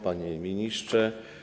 Panie Ministrze!